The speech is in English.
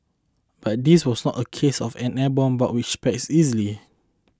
but this was not a case of an airborne bug which spreads easily